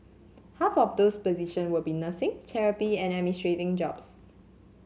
half of those position will be nursing therapy and administrative jobs